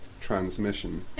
Transmission